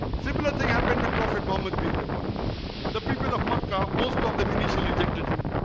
similar thing happened with prophet muhammad peace be upon him the people of makkah most of them initially rejected him.